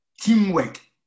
teamwork